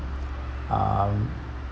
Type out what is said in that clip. um